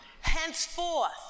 Henceforth